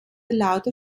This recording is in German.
lauter